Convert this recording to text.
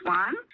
one